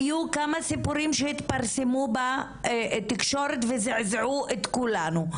היו כמה סיפורים שהתפרסמו בתקשורת וזעזעו את כולנו,